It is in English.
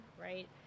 right